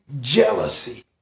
jealousy